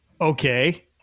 Okay